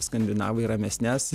skandinavai ramesnes